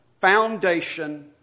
foundation